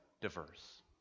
diverse